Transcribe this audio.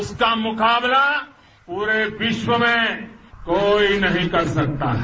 उसका मुकाबला प्ररे विश्व में कोई नहीं कर सकता है